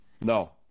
No